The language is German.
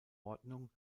ordnung